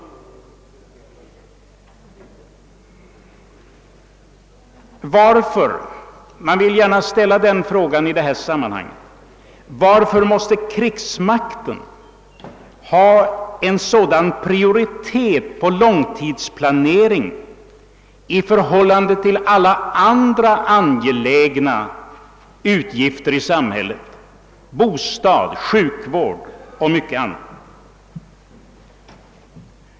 Varför — man vill gärna göra den frågan i sammanhanget — måste krigsmakten ha en sådan prioritet på långtidsplanering i förhållande till andra angelägna uppgifter i samhället, bostäder, sjukvård och mycket annat?